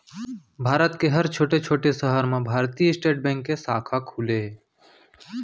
भारत के हर छोटे छोटे सहर म भारतीय स्टेट बेंक के साखा खुले हे